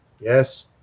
Yes